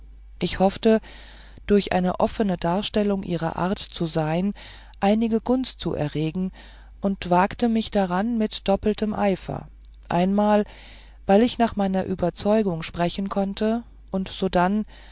ich hoffte durch eine offne darstellung ihrer art zu sein einige gunst zu erregen und wagte mich daran mit doppeltem eifer einmal weil ich nach meiner überzeugung sprechen konnte und sodann